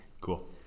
Cool